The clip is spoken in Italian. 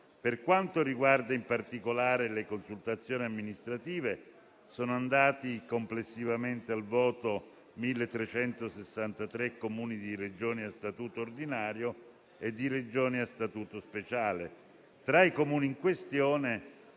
Per quanto riguarda, in particolare, le consultazioni amministrative, sono andati complessivamente al voto 1.363 Comuni di Regioni a Statuto ordinario e a Statuto speciale. Tra i Comuni in questione